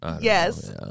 Yes